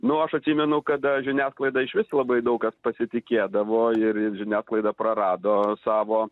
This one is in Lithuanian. nu aš atsimenu kada žiniasklaida išvis labai daug kas pasitikėdavo ir ir žiniasklaida prarado savo